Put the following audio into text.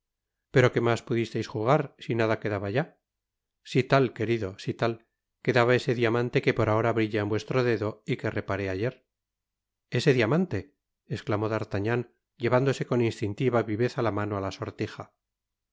pero qué mas pudisteis jugar si nada quedaba ya si tal querido si tal quedaba ese diamante que por ahora brilla en vuestro dedo y que reparé ayer ese diamante i esclamó d'artagnan llevándose con instintiva viveza la mano á la sortija